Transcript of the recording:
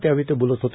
त्यावेळी ते बोलत होते